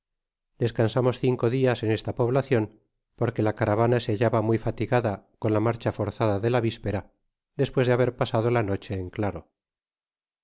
descansamos cinco dias en esta poblacion porque la caravana se hallaba muy fatigada con la marcha forzada de la vispera despues de haber pasado la noche en claro